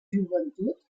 joventut